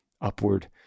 upward